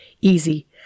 Easy